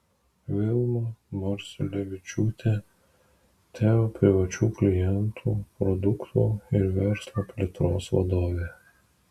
vilma marciulevičiūtė teo privačių klientų produktų ir verslo plėtros vadovė